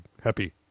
happy